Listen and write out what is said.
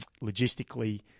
logistically